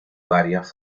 varias